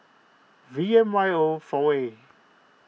V M Y O four A